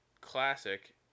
classic